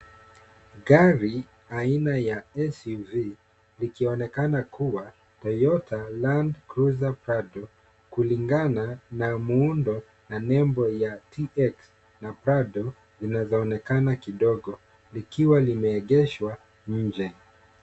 Gari aina ya SUV, likionekana kuwa Toyota Land Cruizer Prado, kulingana na muundo na nembo ya TX na Prado zinazoonekana kidogo, likiwa limeegeshwa nje.